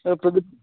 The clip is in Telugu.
పెద్దపల్లి